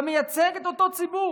אתה מייצג את אותו ציבור,